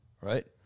right